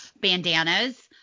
bandanas